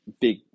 big